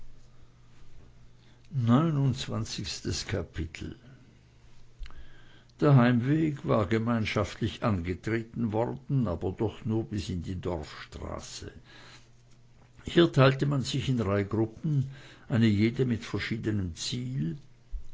neunundzwanzigstes kapitel der heimweg war gemeinschaftlich angetreten worden aber doch nur bis an die dorfstraße hier teilte man sich in drei gruppen eine jede mit verschiedenem ziel